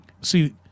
See